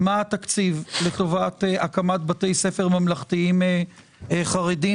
מה התקציב לטובת הקמת בתי ספר ממלכתיים חרדיים